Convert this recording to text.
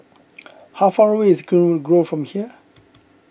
how far away is Greenwood Grove from here